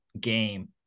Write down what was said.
game